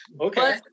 Okay